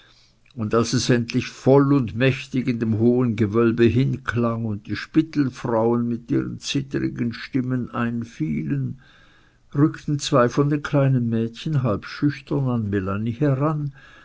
und als es endlich voll und mächtig an dem hohen gewölbe hinklang und die spittelfrauen mit ihren zittrigen stimmen einfielen rückten zwei von den kleinen mädchen halb schüchtern an melanie heran